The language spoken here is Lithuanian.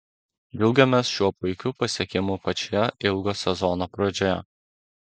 džiaugiamės šiuo puikiu pasiekimu pačioje ilgo sezono pradžioje